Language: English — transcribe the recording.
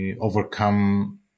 overcome